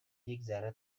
یکذره